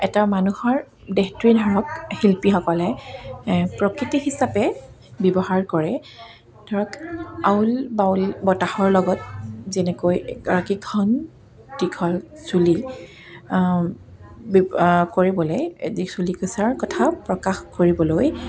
এটা মানুহৰ দেহটোৱে ধৰক শিল্পীসকলে প্ৰকৃতি হিচাপে ব্যৱহাৰ কৰে ধৰক আউল বাউল বতাহৰ লগত যেনেকৈ দীঘল চুলি কৰিবলৈ চুলিকোছাৰ কথা প্ৰকাশ কৰিবলৈ